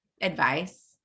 advice